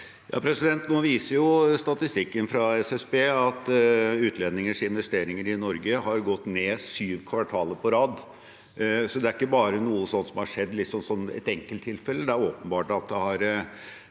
Nå viser jo sta- tistikken fra SSB at utlendingers investeringer i Norge har gått ned syv kvartaler på rad, så det er ikke bare noe som har skjedd som et enkelttilfelle. Det er åpenbart at det er